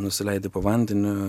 nusileidi po vandeniu